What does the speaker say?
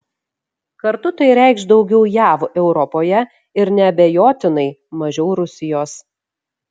kartu tai reikš daugiau jav europoje ir neabejotinai mažiau rusijos